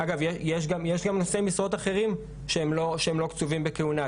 אגב יש גם נושאי משרות אחרים שהם לא קצובים בכהונה,